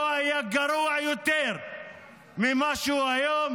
לא היה גרוע יותר ממה שהוא היום,